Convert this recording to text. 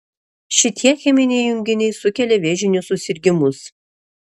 šitie cheminiai junginiai sukelia vėžinius susirgimus